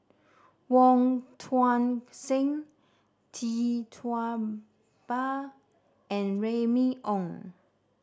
Wong Tuang Seng Tee Tua Ba and Remy Ong